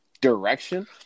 direction